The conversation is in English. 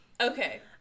Okay